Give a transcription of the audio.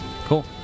Cool